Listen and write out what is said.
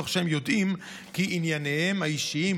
תוך שהם יודעים כי ענייניהם האישיים